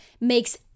makes